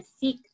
seek